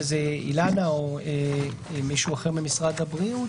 היא אילנה או מישהו אחר ממשרד הבריאות.